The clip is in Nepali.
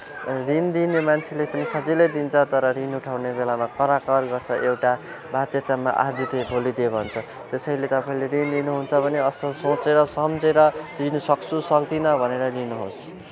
रिन दिने मान्छेले पनि सजिलै दिन्छ तर रिन उठाउने बेलामा कराकर गर्छ एउटा बाध्यतामा आज दे भोलि दे भन्छ त्यसैले तपाईँले रिन लिनुहुन्छ भने आफ्नो सोचेर सम्झेर दिनु सक्छु सक्दिनँ भनेर लिनुहोस्